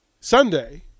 Sunday